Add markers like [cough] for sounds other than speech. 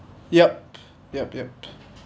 yup [noise] yup yup [noise]